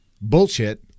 bullshit